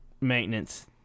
maintenance